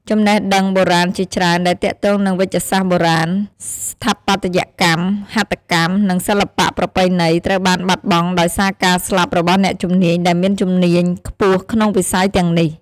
ចំណេះដឹងបុរាណជាច្រើន ដែលទាក់ទងនឹងវេជ្ជសាស្ត្របុរាណ ស្ថាបត្យកម្ម ហត្ថកម្ម និងសិល្បៈប្រពៃណី ត្រូវបានបាត់បង់ដោយសារការស្លាប់របស់អ្នកជំនាញដែលមានជំនាញខ្ពស់ក្នុងវិស័យទាំងនេះ។